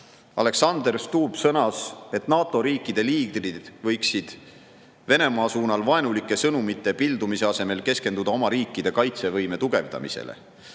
Alexander Stubb sõnas, et NATO riikide liidrid võiksid Venemaa suunal vaenulike sõnumite pildumise asemel keskenduda oma riikide kaitsevõime tugevdamisele.